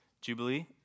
Jubilee